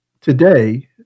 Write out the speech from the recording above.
today